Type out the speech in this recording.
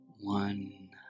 one